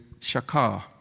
shakar